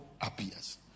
appears